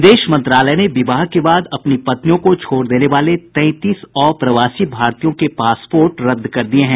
विदेश मंत्रालय ने विवाह के बाद अपनी पत्नियों को छोड़ देने वाले तेंतीस अप्रवासी भारतीयों के पासपोर्ट रद्द कर दिये हैं